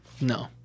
No